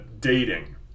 dating